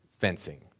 fencing